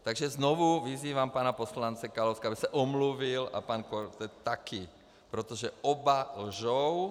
Takže znovu vyzývám pana poslance Kalouska, aby se omluvil, a pan Korte taky, protože oba lžou.